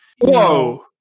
Whoa